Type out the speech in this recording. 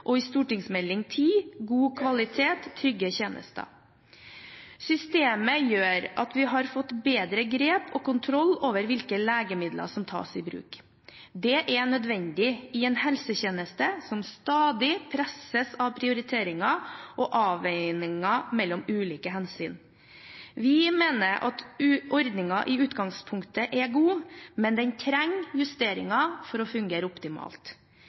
og Meld. St. 10 for 2012–2013, God kvalitet – trygge tjenester. Systemet gjør at vi har fått bedre grep om og kontroll over hvilke legemidler som tas i bruk. Det er nødvendig i en helsetjeneste som stadig presses av prioriteringer og avveininger mellom ulike hensyn. Vi mener at ordningen i utgangspunktet er god, men den trenger justeringer for å fungere optimalt.